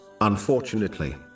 Unfortunately